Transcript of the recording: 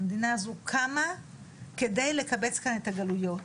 המדינה הזו קמה כדי לקבץ כאן את הגלויות